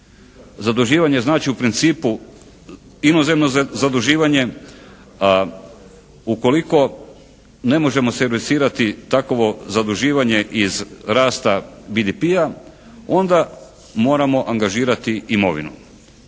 Zaduživanje znači u principu inozemno zaduživanje. A ukoliko ne možemo servisirati takovo zaduživanje iz rasta BDP-a onda moramo angažirati imovinu.